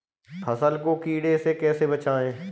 फसल को कीड़े से कैसे बचाएँ?